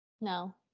No